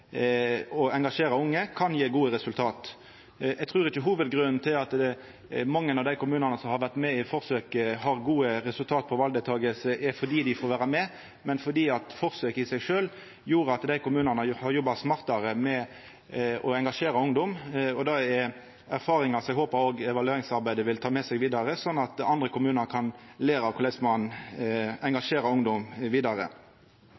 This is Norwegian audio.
å engasjera unge kan gje gode resultat. Eg trur ikkje hovudgrunnen til at mange av dei kommunane som har vore med i forsøket, har gode resultat på valdeltaking, er at dei får vera med, men at forsøket i seg sjølv gjorde at dei kommunane har jobba smartare med å engasjera ungdom. Det er erfaringar som eg håpar òg evalueringsarbeidet vil ta med seg vidare, sånn at andre kommunar kan læra korleis ein engasjerer ungdom vidare.